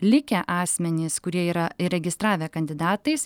likę asmenys kurie yra įregistravę kandidatais